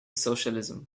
socialism